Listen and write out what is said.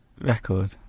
Record